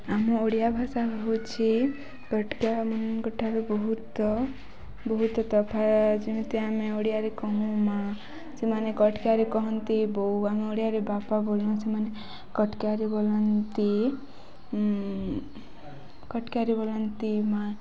ଆମ ଓଡ଼ିଆ ଭାଷା ହଉଛି କଟକିଆମାନଙ୍କଠାରୁ ବହୁତ ବହୁତ ତଫାତ୍ ଯେମିତି ଆମେ ଓଡ଼ିଆରେ କହୁଁ ମାଆ ସେମାନେ କଟକାରୀ କହନ୍ତି ବୋଉ ଆମେ ଓଡ଼ିଆରେ ବାପା ବୋଲୁ ସେମାନେ କଟକାରାରୀ ବୋଲନ୍ତି କଟକାରୀ ବୋଲନ୍ତି ମାଆ